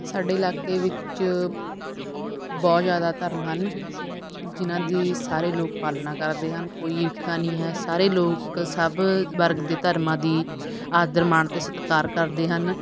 ਸਾਡੇ ਇਲਾਕੇ ਵਿੱਚ ਬਹੁਤ ਜ਼ਿਆਦਾ ਧਰਮ ਹਨ ਜਿਹਨਾਂ ਦੀ ਸਾਰੇ ਲੋਕ ਪਾਲਣਾ ਕਰਦੇ ਹਨ ਕੋਈ ਈਰਖਾ ਨਹੀਂ ਹੈ ਸਾਰੇ ਲੋਕ ਸਭ ਵਰਗ ਦੇ ਧਰਮਾਂ ਦੀ ਆਦਰ ਮਾਣ ਅਤੇ ਸਤਿਕਾਰ ਕਰਦੇ ਹਨ